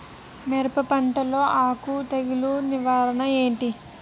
మిరప పంటలో ఆకు తెగులు నివారణ ఏంటి?